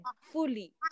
fully